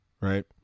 right